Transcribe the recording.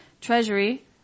treasury